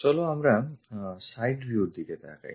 চলো আমরা side view থেকে তাকাই